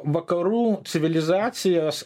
vakarų civilizacijos